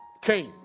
came